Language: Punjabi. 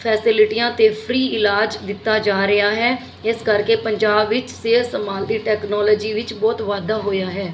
ਫੈਸਲਿਟੀਆਂ 'ਤੇ ਫਰੀ ਇਲਾਜ ਦਿੱਤਾ ਜਾ ਰਿਹਾ ਹੈ ਇਸ ਕਰਕੇ ਪੰਜਾਬ ਵਿੱਚ ਸਿਹਤ ਸੰਭਾਲ ਦੀ ਟੈਕਨੋਲੋਜੀ ਵਿੱਚ ਬਹੁਤ ਵਾਧਾ ਹੋਇਆ ਹੈ